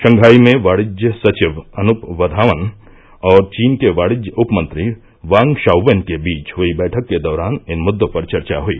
Shanghai में वाणिज्य सचिव अनूप वधावन और चीन के वाणिज्य उपमंत्री वांग शाउवेन के बीच हुई बैठक के दौरान इन मुद्दों पर चर्चा हुई